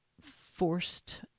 forced